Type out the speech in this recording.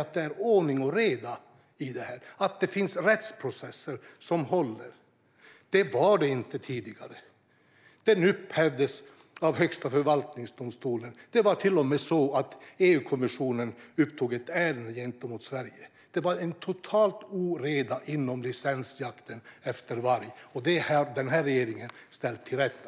att det är ordning och reda och att det finns rättsprocesser som håller. Så var det inte tidigare. Det upphävdes av Högsta förvaltningsdomstolen, och det var till och med så att EU-kommissionen drev ett ärende mot Sverige. Det var total oreda inom licensjakten efter varg, men det har denna regering ställt till rätta.